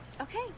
Okay